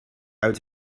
uit